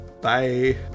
bye